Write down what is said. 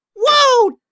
Whoa